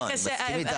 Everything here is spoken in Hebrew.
לא, לא, אני מסכים איתך.